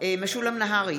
משולם נהרי,